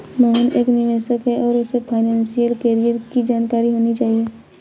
मोहन एक निवेशक है और उसे फाइनेशियल कैरियर की जानकारी होनी चाहिए